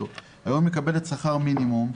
היום היא מקבלת שכר מינימום,